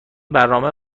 برنامه